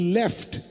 left